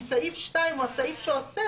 כי סעיף 2 הוא הסעיף שאוסר.